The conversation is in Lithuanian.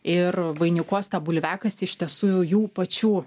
ir vainikuos tą bulviakasį iš tiesų jų pačių